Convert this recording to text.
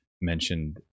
mentioned